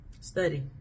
Study